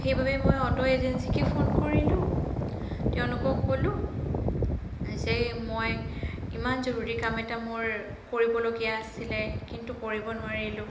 সেইবাবে মই অ'টো এজেঞ্চীকে ফোন কৰিলোঁ তেওঁলোকক ক'লোঁ যে মই ইমান জৰুৰী কাম এটা মোৰ কৰিবলগীয়া আছিলে কিন্তু কৰিব নোৱাৰিলোঁ